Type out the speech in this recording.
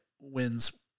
wins